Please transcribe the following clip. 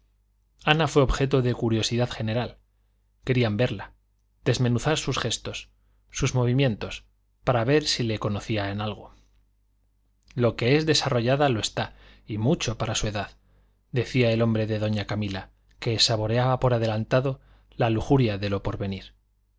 ana fue objeto de curiosidad general querían verla desmenuzar sus gestos sus movimientos para ver si se le conocía en algo lo que es desarrollada lo está y mucho para su edad decía el hombre de doña camila que saboreaba por adelantado la lujuria de lo porvenir